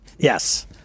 Yes